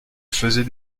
faisait